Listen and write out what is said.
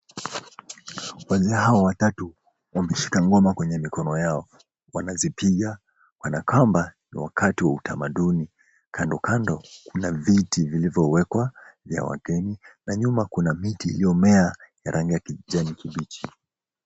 Wazee hawa watatu wameshika ngoma kwenye mikono yao wanazipiga kanakwamba ni wakati wa utamaduni. Kando kando kuna viti vilivyowekwa vya wageni na nyuma kuna miti iliomea ya rangi ya kijani kibichi.